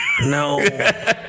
No